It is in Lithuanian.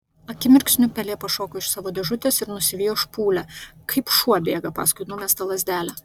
akimirksniu pelė pašoko iš savo dėžutės ir nusivijo špūlę kaip šuo bėga paskui numestą lazdelę